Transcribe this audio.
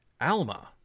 Alma